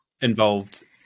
involved